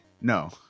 No